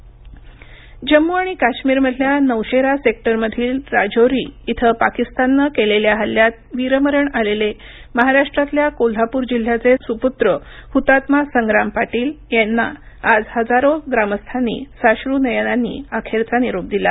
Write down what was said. शहीद जवान जम्मू आणि काश्मीरमधल्या नौशेरा सेक्टरमधील राजौरी इथं पाकिस्ताननं केलेल्या हल्ल्यात वीरमरण आलेले महाराष्ट्रातल्या कोल्हापूर जिल्ह्याचे सुपूत्र हुतात्मा संग्राम पाटील यांना आज हजारो ग्रामस्थांनी साश्रू नयनांनी अखेरचा निरोप दिला